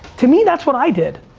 to me, that's what i did.